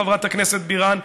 חברת הכנסת בירן,